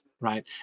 Right